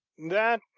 that,